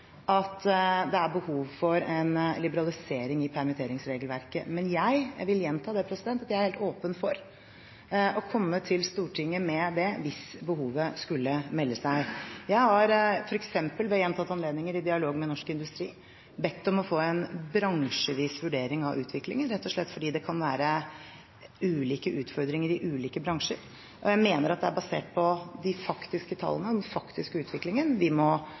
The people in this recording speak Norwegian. at det er behov for en liberalisering i permitteringsregelverket. Men jeg vil gjenta at jeg er helt åpen for å komme til Stortinget med det, hvis behovet skulle melde seg. Jeg har f.eks. ved gjentatte anledninger i dialog med Norsk Industri bedt om å få en bransjevis vurdering av utviklingen, rett og slett fordi det kan være ulike utfordringer i ulike bransjer, og jeg mener at det er basert på de faktiske tallene, den faktiske utviklingen, og vi må